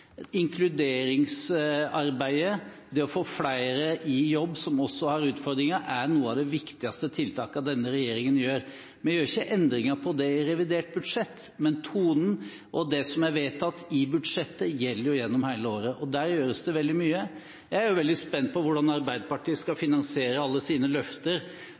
Inkluderingsarbeidet, det å få flere i jobb, som også har utfordringer, er noen av de viktigste tiltakene denne regjeringen gjør. Vi gjør ikke endringer på dette i revidert budsjett, men tonen og det som er vedtatt i budsjettet, gjelder jo gjennom hele året – og der gjøres det veldig mye. Jeg er veldig spent på hvordan Arbeiderpartiet skal finansiere alle sine løfter,